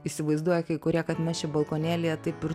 įsivaizduoja kai kurie kad mes čia balkonėlyje taip ir